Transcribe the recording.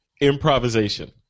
improvisation